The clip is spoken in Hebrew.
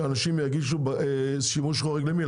שאנשים יגישו שימוש חורג, למי?